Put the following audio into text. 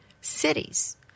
cities